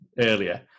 earlier